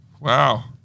Wow